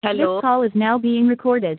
hello